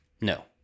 No